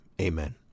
Amen